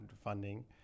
funding